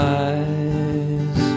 eyes